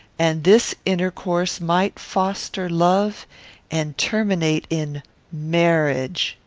and this intercourse might foster love and terminate in marriage!